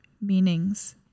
meanings